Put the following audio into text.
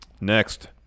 Next